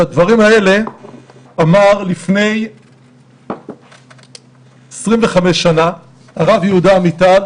את הדברים האלה אמר לפני 25 שנה הרב יהודה עמיטל,